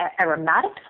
aromatic